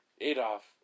Adolf